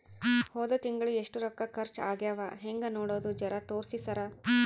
ಹೊದ ತಿಂಗಳ ಎಷ್ಟ ರೊಕ್ಕ ಖರ್ಚಾ ಆಗ್ಯಾವ ಹೆಂಗ ನೋಡದು ಜರಾ ತೋರ್ಸಿ ಸರಾ?